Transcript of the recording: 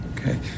Okay